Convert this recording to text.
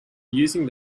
using